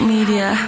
Media